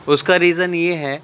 اس کا ریزن یہ ہے